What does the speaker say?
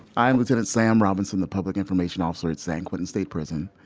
i'm lieutenant sam robinson, the public information officer at san quentin state prison,